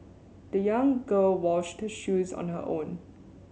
the young girl washed her shoes on her own